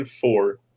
four